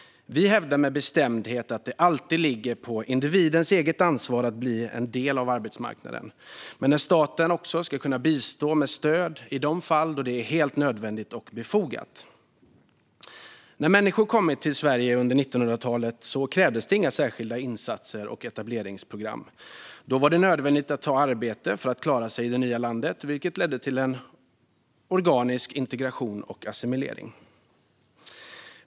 Vi hävdar med bestämdhet att det alltid ligger på individens eget ansvar att bli en del av arbetsmarknaden, men att staten också ska kunna bistå med stöd i de fall då det är helt nödvändigt och befogat. När människor kom till Sverige under 1900-talet krävdes det inga särskilda insatser och etableringsprogram. Då var det nödvändigt att ta arbete för att klara sig i det nya landet, vilket ledde till en organisk integration och assimilering.